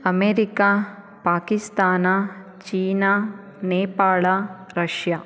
America Pakistan China Nepal Russia